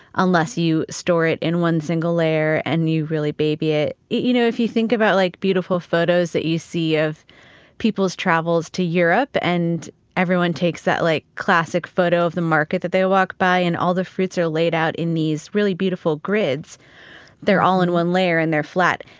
unless you store it in one single layer and you really baby it. you know if you think about like beautiful photos that you see of peoples' travels to europe and everyone takes that like classic photo of the market they walk by, and all the fruits are laid out in these really beautiful grids they're all in one layer and they're flat.